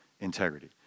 integrity